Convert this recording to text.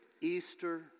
Easter